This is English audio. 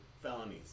Felonies